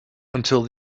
until